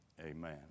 Amen